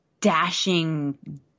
dashing